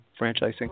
franchising